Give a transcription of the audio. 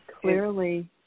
clearly